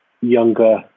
younger